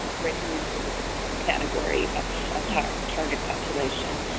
breaking into this category of so ah target target population.